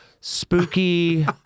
spooky